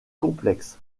complexe